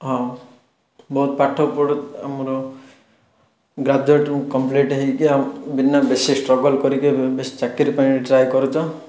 ହଁ ମୋର ପଢ଼ୁ ଆମର ଗ୍ରାଜୁଏଟ୍ କମ୍ପ୍ଲିଟ୍ ହେଇକି ଆଉ ବିନା ବେଶୀ ଷ୍ଟ୍ରଗଲ୍ କରିକି ବେଶୀ ଚାକିରୀ ପାଇଁ ଟ୍ରାଏ କରୁଛ